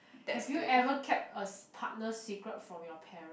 have you ever kept a partner secret from your parent